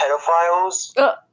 pedophiles